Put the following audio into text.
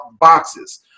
boxes